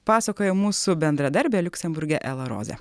pasakoja mūsų bendradarbė liuksemburge ela roze